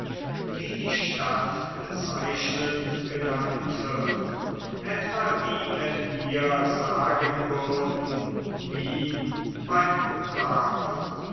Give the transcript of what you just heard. wie die stadt bezeichnend genannt wird etwa wie wenn wir sagen würden wien beim prater